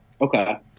Okay